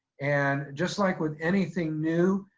and just like with anything new,